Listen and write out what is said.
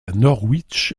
norwich